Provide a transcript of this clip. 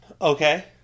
Okay